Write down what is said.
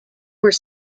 were